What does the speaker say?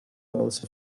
rolls